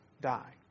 die